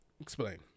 Explain